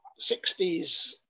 60s